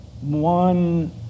one